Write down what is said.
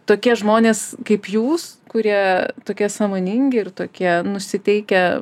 tokie žmonės kaip jūs kurie tokie sąmoningi ir tokie nusiteikę